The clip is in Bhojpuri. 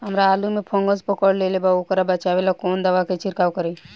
हमरा आलू में फंगस पकड़ लेले बा वोकरा बचाव ला कवन दावा के छिरकाव करी?